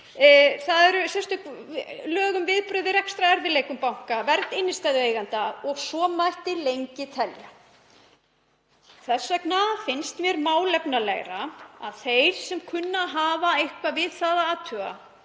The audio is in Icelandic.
það eru sérstök lög um viðbrögð við rekstrarerfiðleikum banka, vernd innstæðueigenda og svo mætti lengi telja. Þess vegna finnst mér málefnalegra að þeir sem kunna að hafa eitthvað að athuga